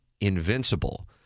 invincible